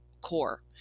core